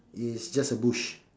is just a bush